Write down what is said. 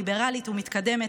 ליברלית ומתקדמת,